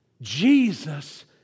Jesus